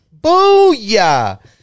Booyah